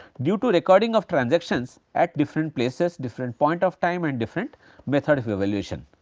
due to recording of transactions at different places, different point of time and different methods of evaluation.